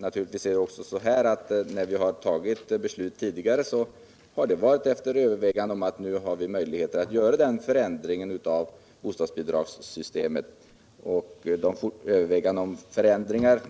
När vi fattat beslut tidigare har det varit efter överväganden om att nu har vi möjlighet att göra den och den förändringen av bostadsbidragssystemet. Överväganden om förändringar